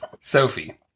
Sophie